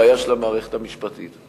בעיה של המערכת המשפטית,